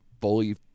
fully